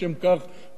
בדמוקרטיה,